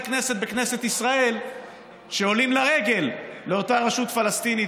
כנסת בכנסת ישראל שעולים לרגל לאותה רשות פלסטינית